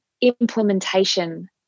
implementation